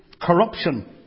corruption